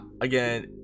again